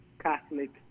Catholic